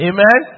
Amen